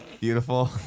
beautiful